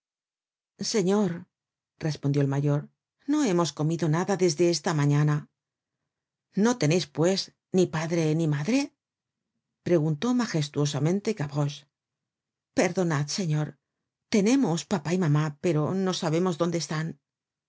señor respondió el mayor no hemos comido nada desde esta mañana no teneis pues ni padre ni madre preguntó magestuosamentc gavroche perdonad señor tenemos papá y mamá pero no sabemos dónde están